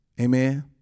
Amen